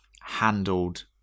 handled